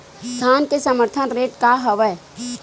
धान के समर्थन रेट का हवाय?